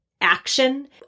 action